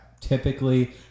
typically